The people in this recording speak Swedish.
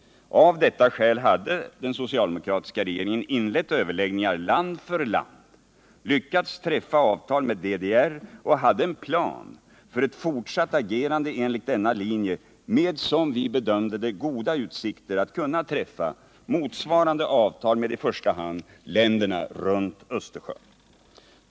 Av detta skäl hade den socialdemokratiska regeringen inlett överläggningar land för land, lyckats träffa avtal med DDR och hade en plan för ett fortsatt agerande enligt denna linje med, som vi bedömde det, goda utsikter att kunna träffa motsvarande avtal med i första hand länderna runt Östersjön.